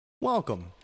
Welcome